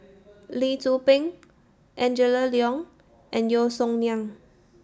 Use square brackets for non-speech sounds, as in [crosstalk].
[noise] Lee Tzu Pheng Angela Liong and Yeo Song Nian